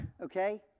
okay